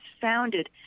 founded